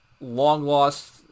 long-lost